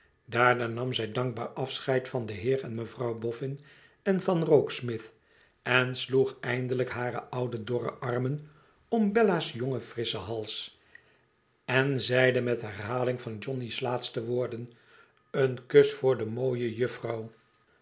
daarna nam zij dankbaar afscheid van den heer en mevrouw boffin en van rokesmith en sloeg eindelijk hare oude dorre armen om bella's jongen frisschen hals en zeide met herhaling van johnny's laatste woorden een kus voor de mooie jufvou